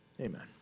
Amen